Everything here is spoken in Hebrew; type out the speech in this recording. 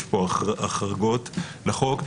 יש פה החרגות לחוק.